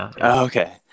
Okay